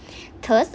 thus